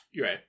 Right